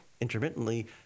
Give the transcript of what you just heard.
intermittently